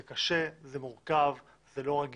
זה קשה, זה מורכב, זה לא רגיל,